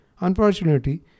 Unfortunately